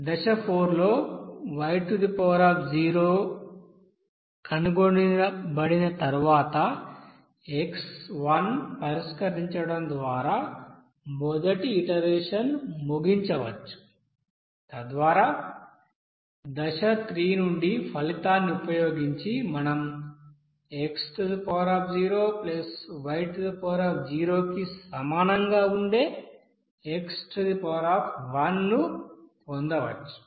దశ 4 లో y కనుగొనబడిన తర్వాత x1 పరిష్కరించడం ద్వారా మొదటి ఇటరేషన్ ముగించవచ్చు తద్వారా దశ 3 నుండి ఫలితాన్ని ఉపయోగించి మనం x0 y0 కి సమానంగా ఉండే x1 ను పొందవచ్చు